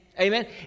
Amen